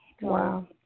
Wow